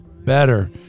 better